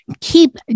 keep